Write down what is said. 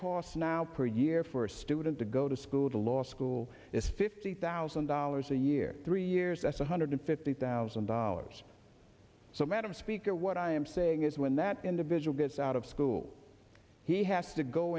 cost now per year for a student to go to school to law school is fifty thousand dollars a year three years that's one hundred fifty thousand dollars so madam speaker what i am saying is when that individual gets out of school he has to go